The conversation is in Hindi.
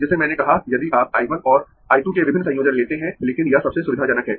जैसे मैंने कहा यदि आप I 1 और I 2 के विभिन्न संयोजन लेते है लेकिन यह सबसे सुविधाजनक है